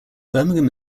birmingham